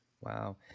wow